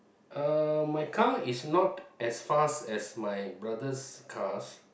uh my car is not as fast as my brothers' cars